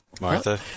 Martha